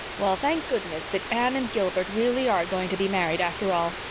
well, thank goodness that anne and gilbert really are going to be married after all.